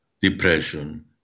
depression